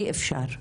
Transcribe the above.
אי אפשר,